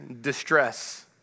distress